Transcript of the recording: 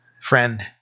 friend